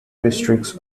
districts